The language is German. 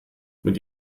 mit